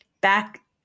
Back